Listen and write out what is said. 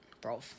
bro